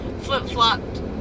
flip-flopped